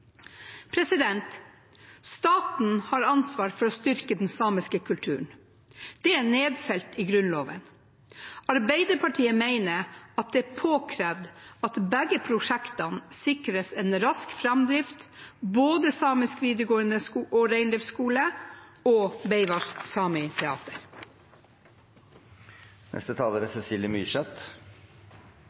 Staten har ansvar for å styrke den samiske kulturen. Det er nedfelt i Grunnloven. Arbeiderpartiet mener at det er påkrevd at begge prosjektene, både Samisk videregående skole og reindriftsskole og Beaivváš Sami Teahter, sikres en rask framdrift.